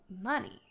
money